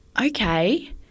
Okay